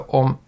om